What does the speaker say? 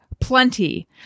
plenty